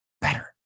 better